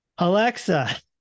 Alexa